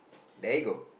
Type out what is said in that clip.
there you go